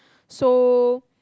so